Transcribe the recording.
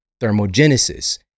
thermogenesis